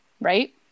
Right